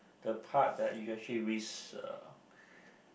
the part that you actually risk uh